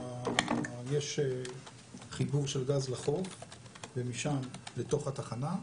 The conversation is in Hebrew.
יש חיבור של גז לחוף ומשם לתוך התחנה.